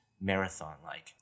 marathon-like